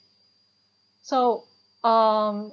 so um